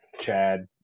Chad